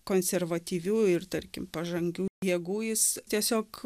konservatyvių ir tarkim pažangių jėgų jis tiesiog